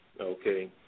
okay